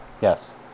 Yes